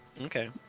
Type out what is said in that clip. Okay